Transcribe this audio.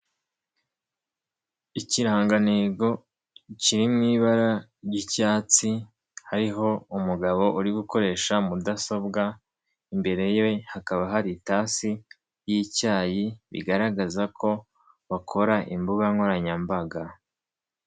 Ikirangantego kiri mu ibara ry'icyatsi, hariho umugabo uri gukoresha mudasobwa, imbere ye hakaba hari itasi y'icyayi bigaragaza ko bakora imbuga nkoranyambaga.